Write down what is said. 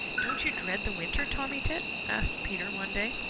don't you dread the winter, tommy tit? asked peter one day,